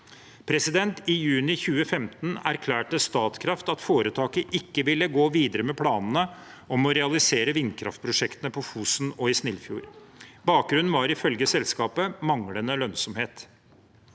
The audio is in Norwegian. domstolene. I juni 2015 erklærte Statkraft at foretaket ikke ville gå videre med planene om å realisere vindkraftprosjektene på Fosen og i Snillfjord. Bakgrunnen var ifølge selskapet manglende lønnsomhet.